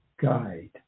guide